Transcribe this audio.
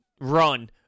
run